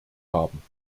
haben